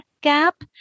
gap